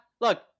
look